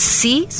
see